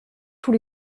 tous